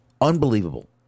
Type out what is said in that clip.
Unbelievable